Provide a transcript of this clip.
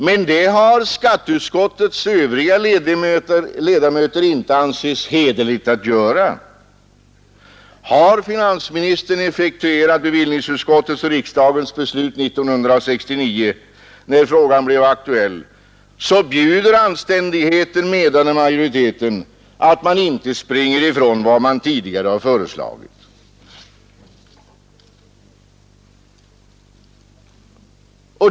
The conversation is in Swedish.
Men det har skatteutskottets övriga ledamöter inte ansett hederligt. Har finansministern effektuerat bevillningsutskottets och riksdagens beslut 1969 när frågan blev aktuell så bjuder anständigheten, menar majoriteten, att man inte springer ifrån vad man tidigare har föreslagit.